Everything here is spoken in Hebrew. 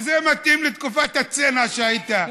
וזה מתאים לתקופת הצנע שהייתה.